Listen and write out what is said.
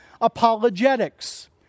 apologetics